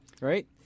Right